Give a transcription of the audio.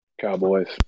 Cowboys